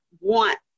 want